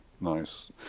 nice